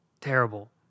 terrible